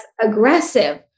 aggressive